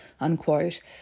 unquote